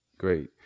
Great